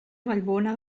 vallbona